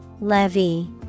Levy